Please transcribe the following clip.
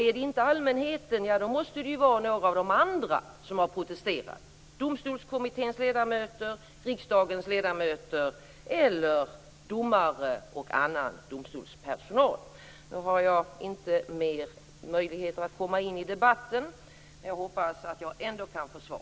Är det inte allmänheten måste det var någon av de andra som har protesterat: Domstolskommitténs ledamöter, riksdagens ledamöter eller domare och annan domstolspersonal. Nu har jag inte fler möjligheter att komma in i debatten, men jag hoppas att jag ändå kan få svar.